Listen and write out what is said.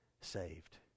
saved